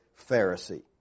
Pharisee